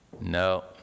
no